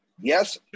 Yes